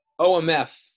OMF